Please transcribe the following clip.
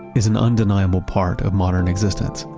is an undeniable part of modern existence.